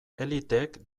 eliteek